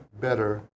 better